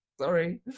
Sorry